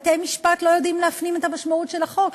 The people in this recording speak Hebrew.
בתי-משפט לא יודעים להפנים את המשמעות של החוק.